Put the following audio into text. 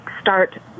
start